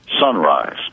sunrise